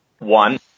one